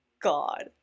god